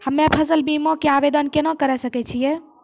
हम्मे फसल बीमा के आवदेन केना करे सकय छियै?